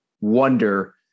wonder